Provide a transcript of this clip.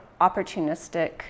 opportunistic